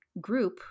group